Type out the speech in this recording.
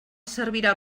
servirà